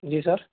جی سر